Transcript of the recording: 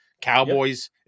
cowboys